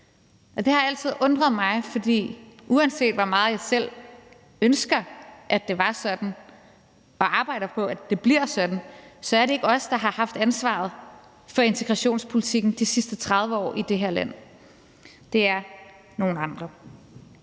og det har altid undret mig, for uanset hvor meget jeg selv ønsker det var sådan og arbejder på, at det bliver sådan, er det ikke os, der har haft ansvaret for integrationspolitikken de sidste 30 år i det her land. Det er nogle andre.